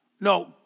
No